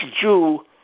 Jew